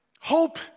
Hope